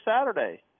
Saturday